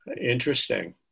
interesting